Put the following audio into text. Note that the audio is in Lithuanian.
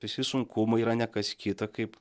visi sunkumai yra ne kas kita kaip